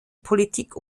politik